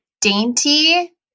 dainty